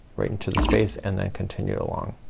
right into the space and then continue along.